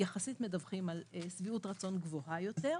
יחסית מדווחים על שביעות רצון גבוהה יותר,